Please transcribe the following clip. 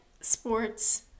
sports